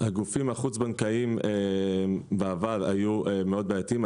הגופים החוץ בנקאיים בעבר היו מאוד בעייתיים.